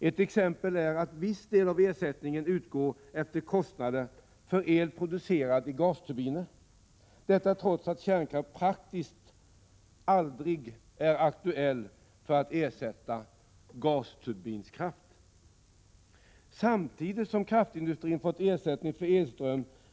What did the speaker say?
Ett exempel är att viss del av ersättningen utgår efter kostnaden för el producerad i gasturbiner — detta trots att kärnkraft praktiskt taget aldrig är aktuell för att ersätta gasturbinkraft. Samtidigt som kraftindustrin har fått ersättning för elström som den inte — Prot.